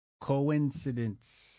Coincidence